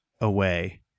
away